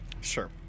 Sure